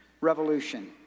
revolution